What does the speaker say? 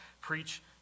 preach